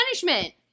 punishment